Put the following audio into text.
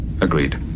Agreed